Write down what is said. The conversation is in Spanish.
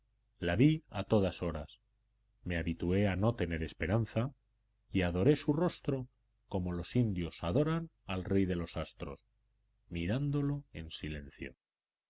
la vi a todas horas me habitué a no tener esperanza y adoré su rostro como los indios adoran al rey de los astros mirándolo en silencio